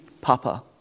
Papa